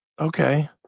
Okay